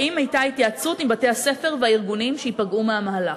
2. האם הייתה התייעצות עם בתי-הספר והארגונים שייפגעו מהמהלך?